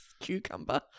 Cucumber